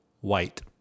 White